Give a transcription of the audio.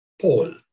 Paul